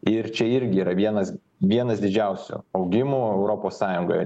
ir čia irgi yra vienas vienas didžiausių augimų europos sąjungoje